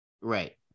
Right